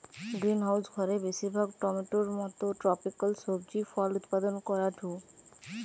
greenhouse ঘরে বেশিরভাগ টমেটোর মতো ট্রপিকাল সবজি ফল উৎপাদন করাঢু